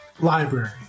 library